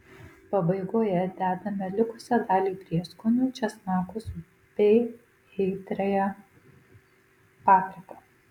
pabaigoje dedame likusią dalį prieskonių česnakus bei aitriąją papriką